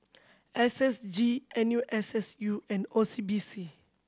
S S G N U S S U and O C B C